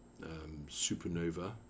Supernova